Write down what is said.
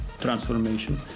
transformation